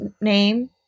name